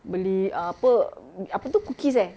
beli apa apa tu cookies eh